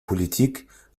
politik